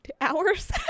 hours